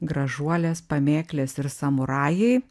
gražuolės pamėklės ir samurajai